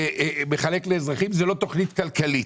מחלק לאזרחים, זאת לא תכנית כלכלית.